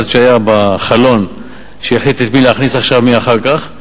אחד היה בחלון והחליט את מי להכניס עכשיו ואת מי אחר כך.